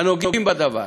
הנוגעים בדבר,